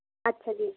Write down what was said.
ਅੱਛਾ ਜੀ